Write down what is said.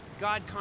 God